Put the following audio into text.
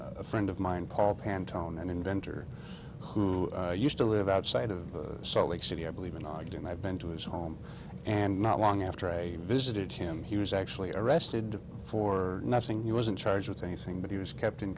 person a friend of mine paul pantalone an inventor who used to live outside of salt lake city i believe in all i do and i've been to his home and not long after a visited him he was actually arrested for nothing he wasn't charged with anything but he was kept in